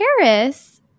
Paris